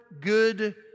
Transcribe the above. good